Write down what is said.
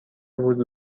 بود